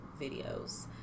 videos